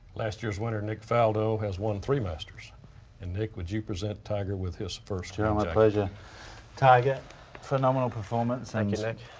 last year's winner nick faldo has won three masters and nick. would you present tiger with his first yeah um ah tiger? phenomenal performance and music.